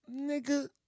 nigga